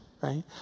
right